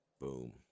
Boom